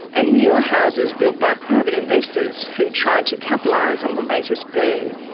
and newer houses built by private investors who tried to capitalise on the latest boom.